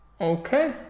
Okay